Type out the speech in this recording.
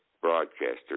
broadcaster